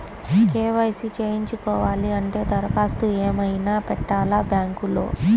KYC చేయించుకోవాలి అంటే దరఖాస్తు ఏమయినా పెట్టాలా బ్యాంకులో?